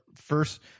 first